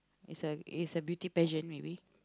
is a is a beauty pageant maybe